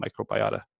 microbiota